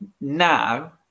now